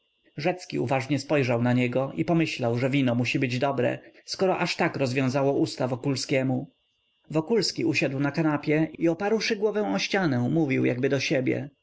rzecki uważnie spojrzał na niego i pomyślał że wino musi być dobre skoro aż tak rozwiązało usta wokulskiemu wokulski usiadł na kanapie i oparłszy głowę o ścianę mówił jakby do siebie